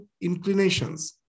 inclinations